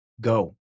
Go